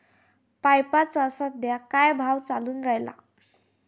पपईचा सद्या का भाव चालून रायला?